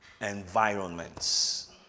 environments